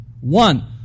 One